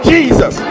Jesus